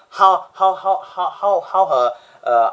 how how how how how how her uh